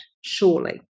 surely